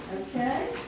Okay